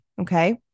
okay